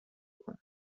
کند